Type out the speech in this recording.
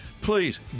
Please